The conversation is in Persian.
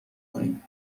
کنیم